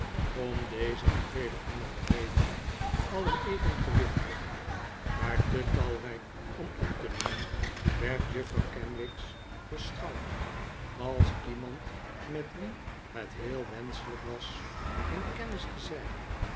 om deze en vele andere redenen alien even gewichtig maar te talrijk om op te noemen werd juffrouw kenwigs beschouwd als iemand met wie het heel wenschelijk was in kennis te zijn